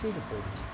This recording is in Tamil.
போய்டுச்சி